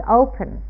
open